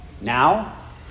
Now